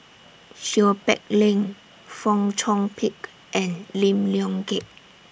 Seow Peck Leng Fong Chong Pik and Lim Leong Geok